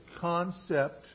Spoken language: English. concept